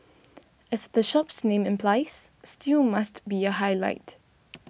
as the shop's name implies stew must be a highlight